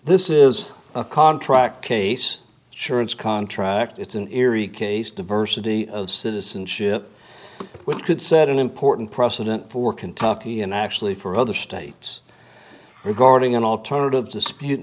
this is a contract case surance contract it's an eerie case diversity of citizenship which could set an important precedent for kentucky and actually for other states regarding an alternative dispute